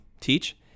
teach